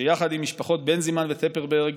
שיחד עם משפחות בנזימן וטפרברג,